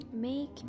Make